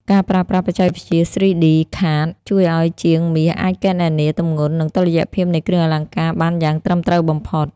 ការប្រើប្រាស់បច្ចេកវិទ្យា 3D CAD ជួយឱ្យជាងមាសអាចគណនាទម្ងន់ និងតុល្យភាពនៃគ្រឿងអលង្ការបានយ៉ាងត្រឹមត្រូវបំផុត។